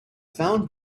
found